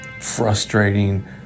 frustrating